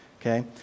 okay